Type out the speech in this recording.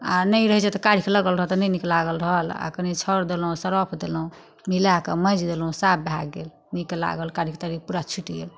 आ नहि रहैत छै तऽ कारिख लागल रहल तऽ नहि नीक लागल रहल आ कनि छाउर देलहुँ सरफ देलहुँ मिलाए कऽ माँजि देलहुँ साफ भए गेल नीक लागल कारिख तारिख पूरा छूटि गेल